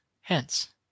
Hence